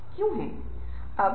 क्या तीर में 3 या 5 आंकड़े हैं